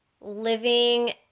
living